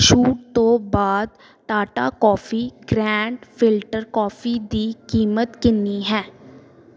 ਛੂਟ ਤੋਂ ਬਾਅਦ Tata coffee grand filter coffee ਦੀ ਕੀਮਤ ਕਿੰਨੀ ਹੈ